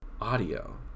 Audio